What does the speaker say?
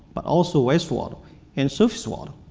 but also waste water and surface water.